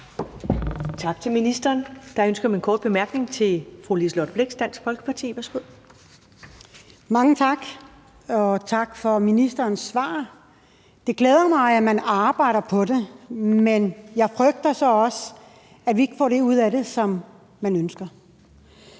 Tak til ministeren. Der er ønske om en kort bemærkning fra fru Liselott Blixt, Dansk Folkeparti. Værsgo. Kl. 19:42 Liselott Blixt (DF): Mange tak, og tak for ministerens svar. Det glæder mig, at man arbejder på det, men jeg frygter så også, at vi ikke får det ud af det, som vi ønsker.